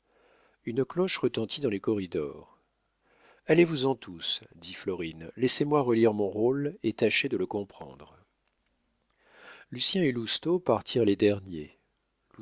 une cloche retentit dans les corridors allez-vous-en tous dit florine laissez-moi relire mon rôle et tâcher de le comprendre lucien et lousteau partirent les derniers